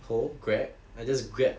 hold grab I just grab